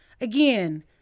again